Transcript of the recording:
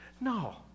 No